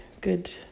good